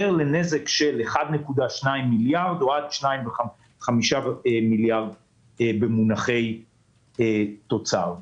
לנזק של 1.2 עד 1.5 מיליארד שקל במונחי תוצר.